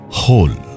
whole